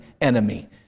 enemy